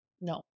no